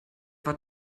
war